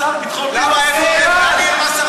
השר לביטחון פנים לא מסוגל,